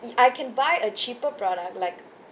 i~ I can buy a cheaper product like